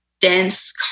dense